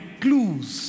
clues